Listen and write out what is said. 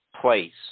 place